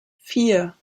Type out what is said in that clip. vier